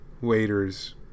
Waiters